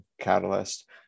catalyst